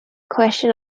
question